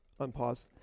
Unpause